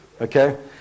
Okay